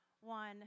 one